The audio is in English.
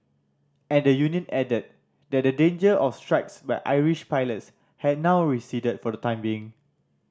and the union added that the danger of strikes by Irish pilots had now receded for the time being